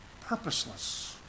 purposeless